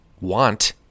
want